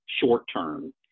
short-term